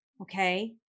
Okay